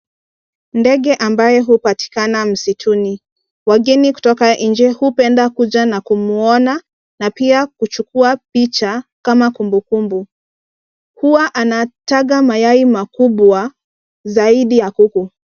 Ndege ambaye hupatikana msituni, wageni kutoka nje hupenda kuja na kumuona na pia kuchukua picha, kama kumbukumbu. Huwa ana taga mayai makubwa zaidi ya kuku.